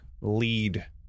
lead